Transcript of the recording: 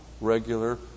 regular